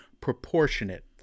proportionate